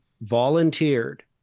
volunteered